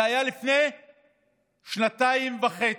זה היה לפני שנתיים וחצי.